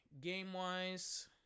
game-wise